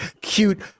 cute